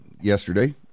yesterday